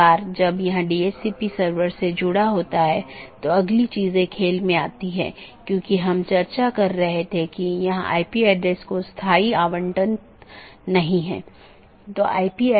इसलिए यह महत्वपूर्ण है और मुश्किल है क्योंकि प्रत्येक AS के पास पथ मूल्यांकन के अपने स्वयं के मानदंड हैं